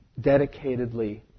dedicatedly